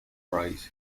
prize